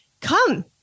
Come